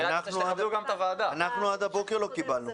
אנחנו עד הבוקר לא קיבלנו.